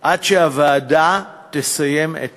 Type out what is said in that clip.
עד שהוועדה תסיים את תפקידה.